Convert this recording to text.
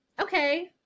okay